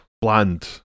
bland